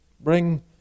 Bring